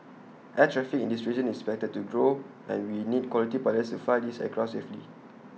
air traffic in this region is expected to grow and we need quality pilots to fly these aircraft safely